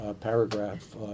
paragraph